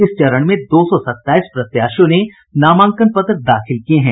इस चरण में दो सौ सत्ताईस प्रत्याशियों ने नामांकन पत्र दाखिल किये हैं